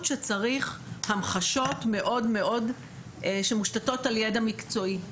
שצריך המחשות מאוד מאוד שמושתתות על ידע מקצועי,